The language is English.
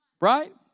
right